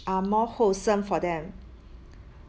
are more wholesome for them